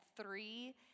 three